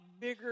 bigger